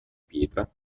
pietra